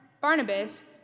Barnabas